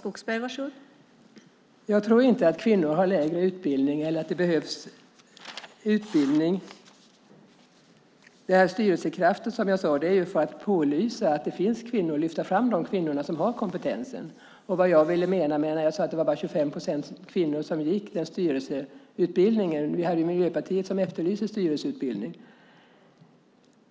Fru talman! Jag tror inte att kvinnor har lägre utbildning eller att det behövs utbildning. Styrelsekraftsprojektet, som jag tidigare talat om, syftar till att pålysa att det finns kvinnor och att lyfta fram de kvinnor som har kompetens. Jag sade nyss att bara 25 procent kvinnor gick på nämnda styrelseutbildning. Miljöpartiet har ju efterlyst styrelseutbildning.